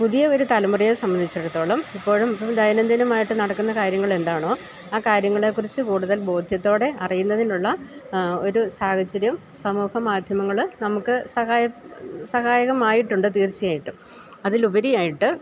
പുതിയൊരു തലമുറയെ സംബന്ധിച്ചിടത്തോളം ഇപ്പോഴും ഇപ്പോള് ദൈനംദിനമായിട്ട് നടക്കുന്ന കാര്യങ്ങളെന്താണോ ആ കാര്യങ്ങളെക്കുറിച്ച് കൂടുതൽ ബോദ്ധ്യത്തോടെ അറിയുന്നതിനുള്ള ഒരു സാഹചര്യം സമൂഹ മാദ്ധ്യമങ്ങള് നമുക്ക് സഹായകമായിട്ടുണ്ട് തീർച്ചയായിട്ടും അതിലുപരിയായിട്ട്